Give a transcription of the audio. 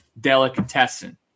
delicatessen